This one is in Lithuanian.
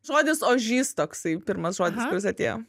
žodis ožys toksai pirmas žodis kuris atėjo